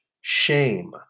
shame